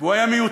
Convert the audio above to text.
והוא היה מיותר,